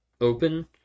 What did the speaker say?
open